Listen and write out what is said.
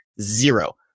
zero